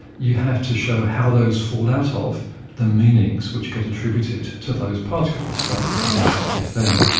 you have to show how those fall out ah of the meanings which get attributed to those particles, like the conditional if, then,